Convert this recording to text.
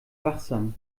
wachsam